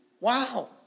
Wow